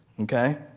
okay